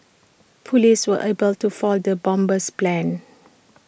Police were able to foil the bomber's plans